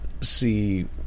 see